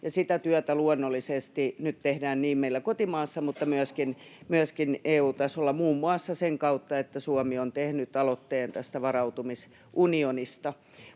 sitä työtä luonnollisesti nyt tehdään niin meillä kotimaassa kuin myöskin EU-tasolla muun muassa sen kautta, että Suomi on tehnyt aloitteen tästä varautumisunionista.